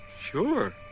Sure